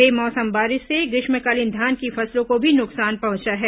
बे मौसम बारिश से ग्रीष्मकालीन धान की फसलों को भी नुकसान पहुंचा है